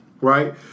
right